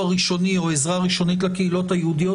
ראשוני או עזרה ראשונית לקהילות היהודיות.